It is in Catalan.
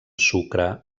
sucre